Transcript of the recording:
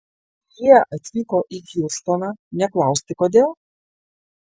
jie atvyko į hjustoną ne klausti kodėl